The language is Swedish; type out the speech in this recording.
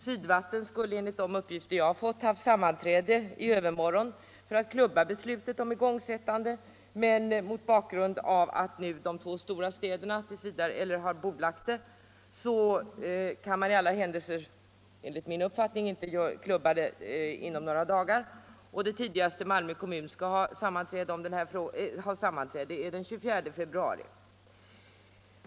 Sydvatten skulle enligt de uppgifter jag har fått ha haft sammanträde i övermorgon för att klubba beslutet om igångsättande, men mot bakgrund av att de två stora städerna nu har bordlagt ärendet kan man -— i alla händelser enligt min uppfattning — inte göra detta inom några dagar; det tidigaste sammanträde som Malmö kommun på nytt skall hålla blir den 24 februari.